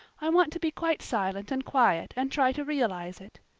i want to be quite silent and quiet and try to realize it.